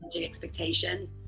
expectation